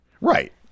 right